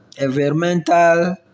environmental